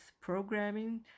programming